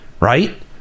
Right